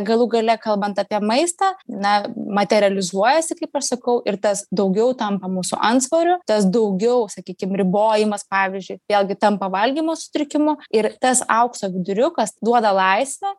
galų gale kalbant apie maistą na materializuojasi kaip aš sakau ir tas daugiau tampa mūsų antsvoriu tas daugiau sakykim ribojimas pavyzdžiui vėlgi tampa valgymo sutrikimu ir tas aukso viduriukas duoda laisvę